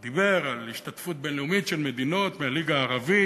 הוא דיבר על השתתפות בין-לאומית של מדינות מהליגה הערבית,